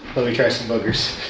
let me try some boogers.